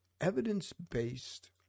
evidence-based